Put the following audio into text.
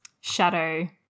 Shadow